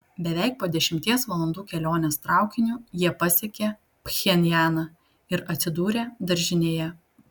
beveik po dešimties valandų kelionės traukiniu jie pasiekė pchenjaną ir atsidūrė daržinėje